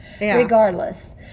regardless